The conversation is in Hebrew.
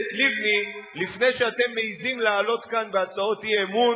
לבני לפני שאתם מעזים לעלות כאן בהצעות אי-אמון,